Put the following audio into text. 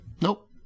nope